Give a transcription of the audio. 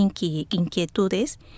inquietudes